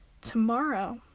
tomorrow